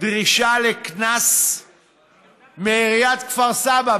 דרישה לקנס מעיריית כפר סבא,